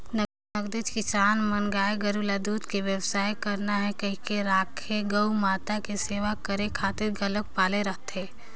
नगदेच किसान मन गाय गोरु ल दूद के बेवसाय करना हे कहिके नइ राखे गउ माता के सेवा करे खातिर घलोक पाले रहिथे